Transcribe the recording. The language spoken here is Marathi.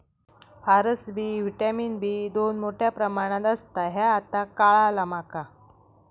फारसबी व्हिटॅमिन बी दोन मोठ्या प्रमाणात असता ह्या आता काळाला माका